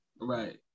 Right